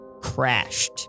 crashed